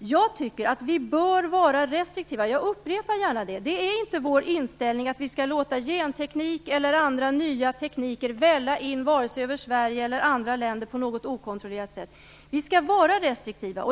Jag tycker att vi bör vara restriktiva - jag upprepar gärna det. Det är inte vår inställning att vi skall låta genteknik eller andra nya tekniker välla in över vare sig Sverige eller andra länder på något okontrollerat sätt. Vi skall vara restriktiva.